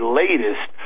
latest